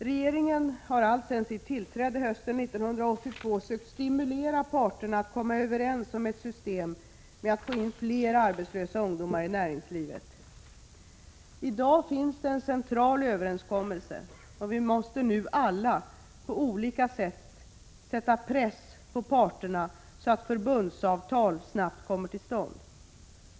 Regeringen har alltsedan sitt tillträde hösten 1982 sökt stimulera parterna att komma överens om ett system med att få in fler arbetslösa ungdomar i näringslivet. I dag finns en central överenskommelse, och vi måste nu alla på olika sätt sätta press på parterna, så att förbundsavtal snabbt kommer till stånd.